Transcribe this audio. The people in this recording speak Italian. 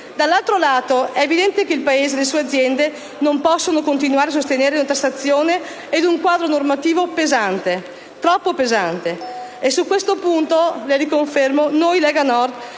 dall'altro lato è evidente che il Paese e le sue aziende non possono continuare a sostenere una tassazione e un quadro normativo pesante, troppo pesante. Su questo punto noi, Lega Nord,